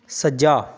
ਸੱਜਾ